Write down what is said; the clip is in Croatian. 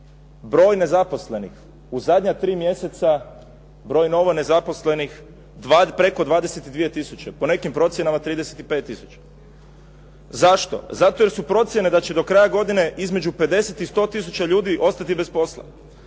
broj nezaposlenih u zadnja tri mjeseca, broj novonezaposlenih preko 22 tisuće, po nekim procjenama 35 tisuća. Zašto? Zato jer su procjene da će do kraja godine između 50 i 100 tisuća ljudi ostati bez posla.